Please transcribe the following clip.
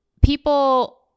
People